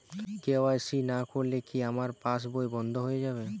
KYC না করলে কি আমার পাশ বই বন্ধ হয়ে যাবে?